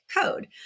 code